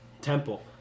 Temple